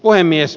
puhemies